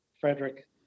Frederick